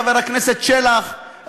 חבר הכנסת שלח,